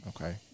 Okay